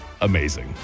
amazing